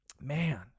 Man